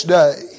day